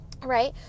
Right